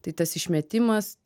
tai tas išmetimas